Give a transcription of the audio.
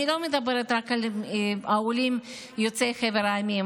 אני לא מדברת רק על העולים יוצאי חבר המדינות,